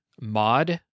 mod